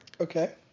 Okay